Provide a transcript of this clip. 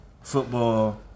football